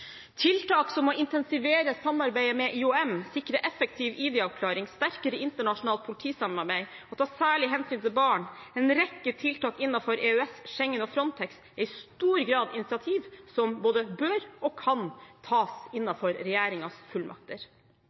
Tiltak som å intensivere samarbeidet med IOM, sikre effektiv ID-avklaring, sterkere internasjonalt politisamarbeid, å ta særlig hensyn til barn og en rekke tiltak innenfor EØS, Schengen og Frontex, er i stor grad initiativ som både bør og kan tas innenfor regjeringens fullmakter.